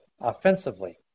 offensively